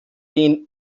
den